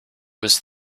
was